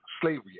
slavery